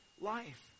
life